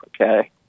okay